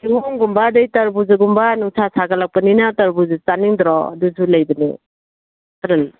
ꯀꯤꯍꯣꯝꯒꯨꯝꯕ ꯑꯗꯒꯤ ꯇꯔꯕꯨꯖꯒꯨꯝꯕ ꯅꯨꯡꯁꯥ ꯁꯥꯒꯠꯂꯛꯄꯅꯤꯅ ꯇꯔꯕꯨꯖꯥ ꯆꯥꯅꯤꯡꯗ꯭ꯔꯣ ꯑꯗꯨꯁꯨ ꯂꯩꯕꯅꯦ